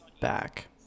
back